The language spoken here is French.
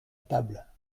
table